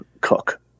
cook